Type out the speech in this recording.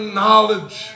knowledge